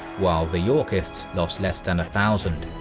while the yorkists lost less than a thousand.